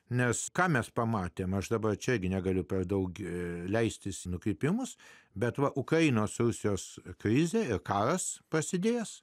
nes ką mes pamatėme aš dabar čia gi negaliu per daugiau leistis nukrypimus bet va ukrainos rusijos krizė kas pasidės